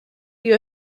you